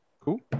Cool